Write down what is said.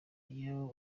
iyo